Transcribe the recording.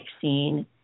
scene